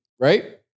Right